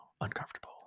Uncomfortable